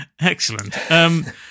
Excellent